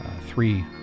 three